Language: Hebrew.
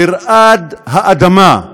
"תרעד האדמה",